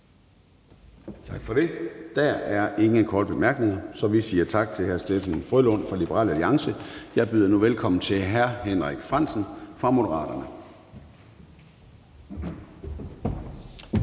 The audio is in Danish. Tak for det. Der er ingen korte bemærkninger, så vi siger tak til hr. Steffen W. Frølund fra Liberal Alliance. Jeg byder nu velkommen til hr. Henrik Frandsen fra Moderaterne.